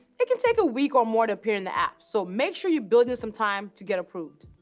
it can take a week or more to appear in the app. so make sure you build in some time to get approved.